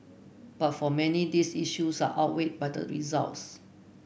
but for many these issues are outweighed by the results